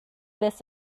this